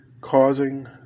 causing